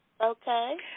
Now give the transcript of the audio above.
Okay